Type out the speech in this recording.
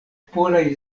polaj